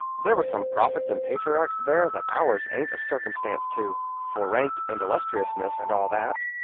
there were some prophets and patriarchs there that ours ain't a circumstance to, for rank and illustriousness and all that.